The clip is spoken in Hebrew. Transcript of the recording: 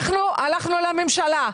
אנחנו הלכנו לממשלה.